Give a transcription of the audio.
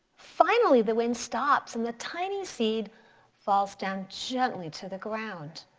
finally the wind stops and the tiny seed falls down gently to the ground.